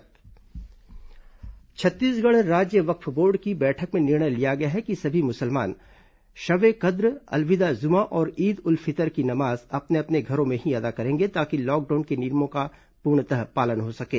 corona वक्फ board बैठक छत्तीसगढ़ राज्य वक्फ बोर्ड की बैठक में निर्णय लिया गया है कि सभी मुसलमान शबे कद्र अलविदा जुमा और ईद उल फितर की नमाज अपने अपने घरों में ही अदा करेंगे ताकि लॉकडाउन के नियमों का पूर्णतः पालन हो सकें